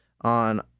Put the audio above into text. on